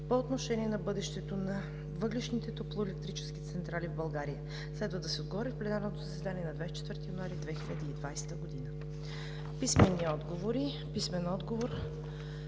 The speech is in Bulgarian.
по отношение на бъдещето на въглищните топлоелектрически централи в България. Следва да се отговори в пленарното заседание на 24 януари 2020 г. Писмените отговори